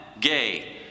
gay